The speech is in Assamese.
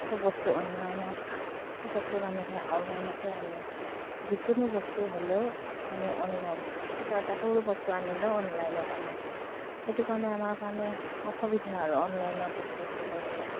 চব বস্তু অনলাইনত চব বস্তু মানুহে অনলাইনতে আনে যিকোনো বস্তু হ'লেও মানে অনলাইন কিবা এটা সৰু বস্তু আনিলেও অনলাইনত আনে সেইটো কাৰণে আমাৰ কাৰণে অসুবিধা আৰু অনলাইনত বস্তু হেৰি কৰিলে